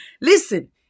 Listen